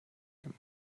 him